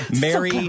Mary